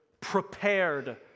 prepared